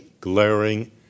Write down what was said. glaring